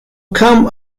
come